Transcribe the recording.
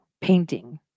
painting